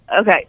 Okay